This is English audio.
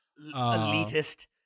Elitist